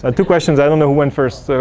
ah two questions. i don't know. one first. so